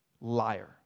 liar